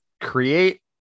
create